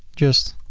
just